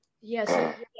Yes